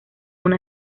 una